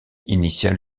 initiale